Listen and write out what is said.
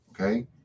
okay